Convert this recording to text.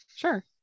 Sure